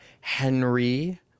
Henry